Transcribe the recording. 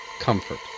comfort